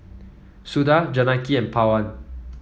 Suda Janaki and Pawan